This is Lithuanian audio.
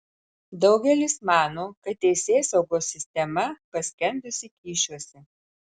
daugelis mano kad teisėsaugos sistema paskendusi kyšiuose